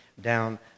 down